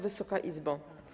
Wysoka Izbo!